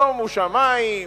שומו שמים.